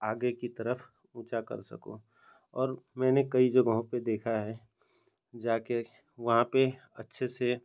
आगे की तरफ़ ऊंचा कर सकूँ और मैंने कई जगहों पर देखा है जाकर वहाँ पर अच्छे से